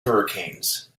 hurricanes